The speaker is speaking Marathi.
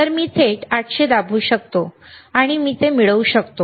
तर मी थेट 800 दाबू शकतो आणि मी ते मिळवू शकतो